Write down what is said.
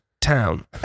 town